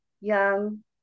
young